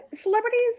celebrities